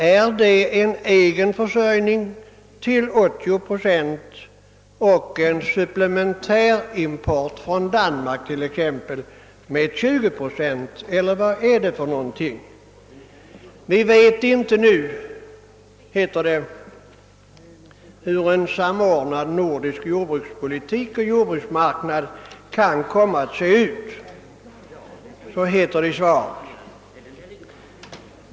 Är det en egenförsörjning till 80 procent och en supplementärimport från Danmark med exempelvis 20 procent eller vad är det? Vi vet inte nu, heter det i svaret, hur en samordnad nordisk jordbrukspolitik och jordbruksmarknad kan komma att se ut.